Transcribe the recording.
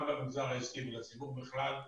גם למגזר העסקי ולציבור בכלל,